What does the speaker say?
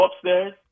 upstairs